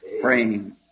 praying